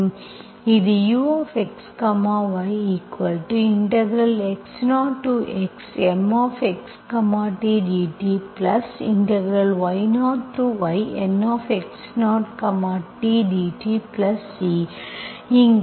இது ux yx0xMxt dty0yNx0t dtC இங்கே C என்பது gy0